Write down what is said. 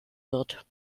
wird